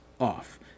off